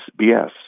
BS